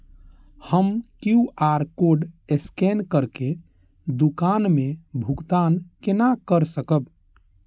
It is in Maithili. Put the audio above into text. हम क्यू.आर कोड स्कैन करके दुकान में भुगतान केना कर सकब?